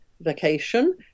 vacation